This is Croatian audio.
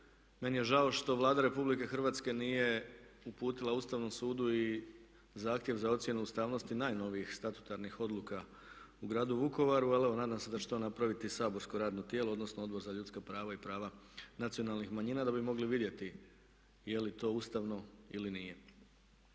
Meni je žao što Vlada Republike Hrvatske nije uputila Ustavnom sudu i zahtjev za ocjenu ustavnosti najnovijih statutarnih odluka u gradu Vukovaru, ali evo nadam se da će to napraviti i saborsko radno tijelo odnosno Odbor za ljudska prava i prava nacionalnih manjina da bi mogli vidjeti je li to ustavno ili nije.